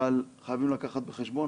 אבל חייבים להביא בחשבון,